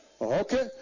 Okay